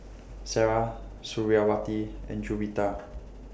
Sarah Suriawati and Juwita